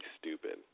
stupid